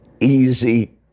easy